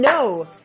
no